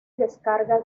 descarga